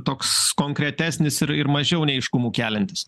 toks konkretesnis ir ir mažiau neaiškumų keliantis